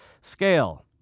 Scale